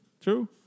True